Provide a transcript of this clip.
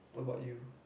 what about you